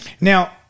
Now